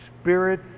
spirit